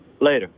Later